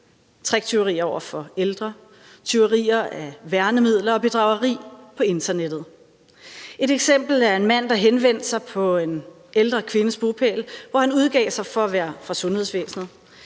tricktyveri over for ældre, tyverier af værnemidler og bedrageri på internettet. Et eksempel er en mand, der henvendte sig på en ældre kvindes bopæl, hvor han udgav sig for at være fra sundhedsvæsenet.